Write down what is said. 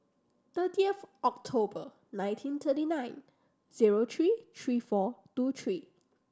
thirtieth October nineteen twenty nine zero three three four two three